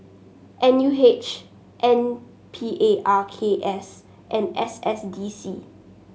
N U H N P A R K S and S S D C